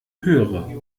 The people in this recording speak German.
höhere